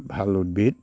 ভাল উদ্ভিদ